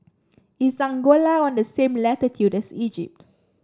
is Angola on the same latitude as Egypt